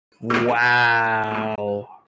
Wow